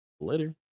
Later